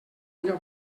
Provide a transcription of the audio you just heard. allò